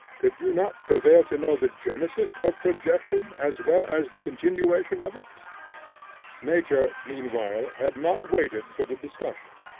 could you not prevail to know the genesis of projection, as well as the continuation of it nature, meanwhile, had not waited for the discussion,